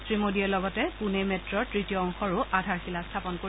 শ্ৰী মোডীয়ে লগতে পুণে মেট্টৰ তৃতীয় অংশৰো আধাৰশিলা স্থাপন কৰিব